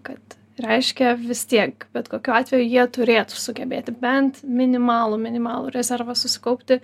kad reiškia vis tiek bet kokiu atveju jie turėtų sugebėti bent minimalų minimalų rezervą susikaupti